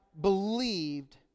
believed